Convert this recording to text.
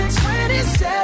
27